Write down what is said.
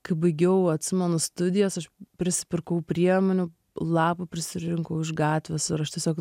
kai baigiau atsimenu studijas aš prisipirkau priemonių lapų prisirinkau iš gatvės ir aš tiesiog